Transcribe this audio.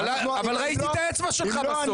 אבל ראיתי את האצבע שלך בסוף.